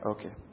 Okay